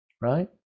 right